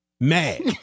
Mad